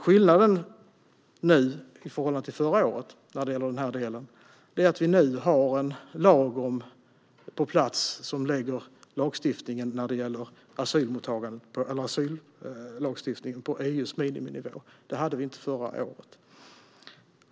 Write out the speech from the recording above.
Skillnaden nu i förhållande till förra året när det gäller denna del är att vi nu har en lag på plats som innebär att asyllagstiftningen ligger på EU:s miniminivå. Det hade vi inte förra året.